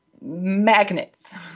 magnets